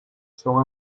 son